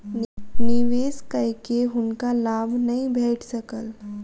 निवेश कय के हुनका लाभ नै भेट सकल